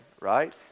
right